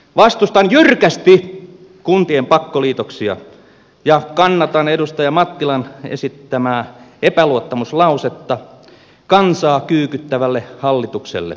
vastustan jyrkästi kuntien pakkoliitoksia ja kannatan edustaja mattilan esittämää epäluottamuslausetta kansaa kyykyttävälle hallitukselle